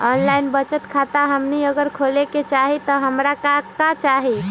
Online बचत खाता हमनी अगर खोले के चाहि त हमरा का का चाहि?